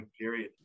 period